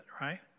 Right